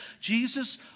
Jesus